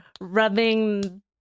rubbing